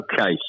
Okay